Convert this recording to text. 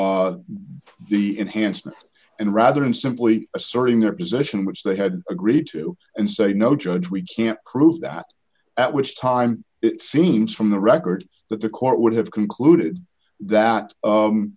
the enhanced and rather than simply asserting their position which they had agreed to and say no judge we can't prove that at which time it seems from the records that the court would have concluded that